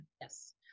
Yes